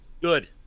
Good